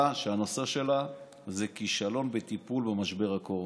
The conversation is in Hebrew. שהנושא שלה הוא כישלון בטיפול במשבר הקורונה.